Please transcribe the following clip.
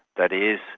that is,